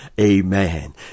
Amen